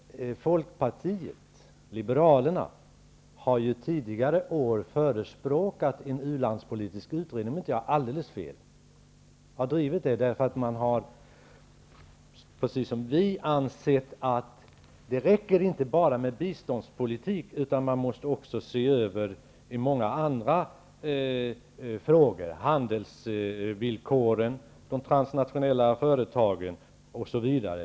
Folkpartiet liberalerna har ju tidigare år förespråkat en u-landspolitisk utredning, om jag inte har alldeles fel. Man har drivit detta därför att man precis som vi har ansett att det inte räcker med bara biståndspolitik. Vi måste också se över många andra frågor, t.ex när det gäller handelsvillkoren, de transnationella företagen osv.